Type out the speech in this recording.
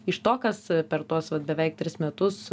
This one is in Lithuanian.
iš to kas per tuos vat beveik tris metus